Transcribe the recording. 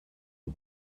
het